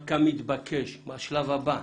כמתבקש בשלב הבא,